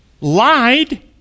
lied